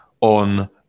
on